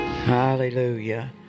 hallelujah